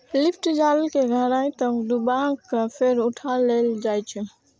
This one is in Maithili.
लिफ्ट जाल कें गहराइ तक डुबा कें फेर उठा लेल जाइ छै